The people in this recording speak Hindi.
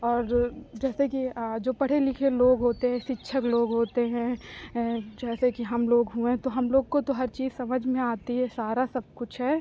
और जैसे कि जो पढ़े लिखे लोग होते हैं शिक्षक लोग होते हैं जैसे कि हम लोग हुऍ तो हम लोग को तो हर चीज़ समझ में आती है सारा सब कुछ है